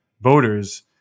voters